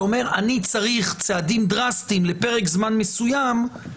אתה אומר: אני צריך צעדים דרסטיים לפרק זמן מסוים,